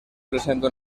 presenta